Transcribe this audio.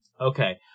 Okay